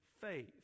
faith